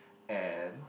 and